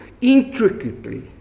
intricately